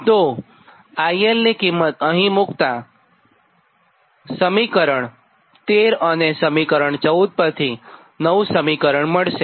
તો IL ની કિંમત અહીં મુક્તા સમીકરણ 13 અને સમીકરણ 14 પરથી નવું સમીકરણ મળશે